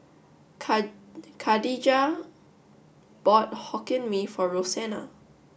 Khadijah bought Hokkien Mee for Rosena